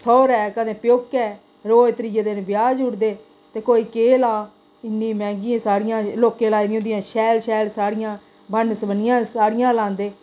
सौह्रै कदें प्योकै रोज त्रिये दिन ब्याह् जुड़दे ते कोई केह् ला इन्नी मैंह्गियां साड़ियां लोकें लाई दियां होंदियां शैल शैल साड़ियां बन्न सबन्नियां साड़ियां लांदे